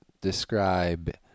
describe